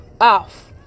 off